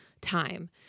time